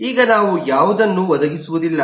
ಈಗ ನಾವು ಯಾವುದನ್ನೂ ಒದಗಿಸುವುದಿಲ್ಲ